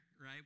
right